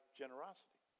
generosity